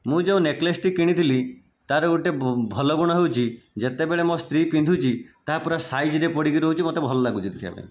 ମୁଁ ଯେଉଁ ନେକଲେସଟି କିଣିଥିଲି ତାର ଗୋଟିଏ ଭ ଭଲ ଗୁଣ ହେଉଛି ଯେତେବେଳେ ମୋ ସ୍ତ୍ରୀ ପିନ୍ଧୁଛି ତାହା ପୁରା ସାଇଜରେ ପଡ଼ିକି ରହୁଛି ମୋତେ ଭଲ ଲାଗୁଛି ଦେଖିବା ପାଇଁ